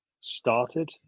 started